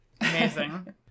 Amazing